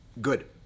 Good